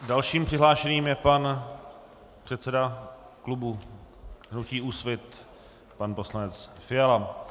Dalším přihlášeným je pan předseda klubu hnutí Úsvit pan poslanec Fiala.